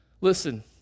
Listen